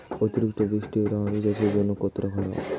অতিরিক্ত বৃষ্টি হলে আলু চাষের জন্য কতটা খারাপ?